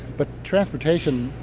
but transportation,